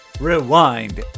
rewind